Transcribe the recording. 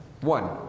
One